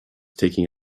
taking